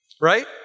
right